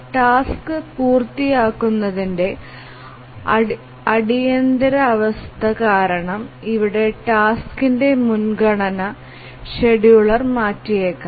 task പൂർത്തിയാക്കുന്നതിന്റെ അടിയന്തിരാവസ്ഥ കാരണം ഇവിടെ ടാസ്ക്കലിൻറെ മുൻഗണന ഷെഡ്യൂളർ മാറ്റിയേക്കാം